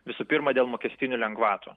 visų pirma dėl mokestinių lengvatų